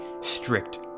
strict